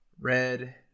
red